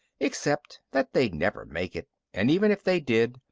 except that they'd never make it and even if they did,